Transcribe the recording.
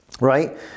right